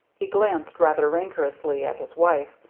he glanced rather rancorously at his wife,